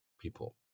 people